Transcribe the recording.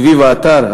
סביב האתר.